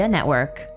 Network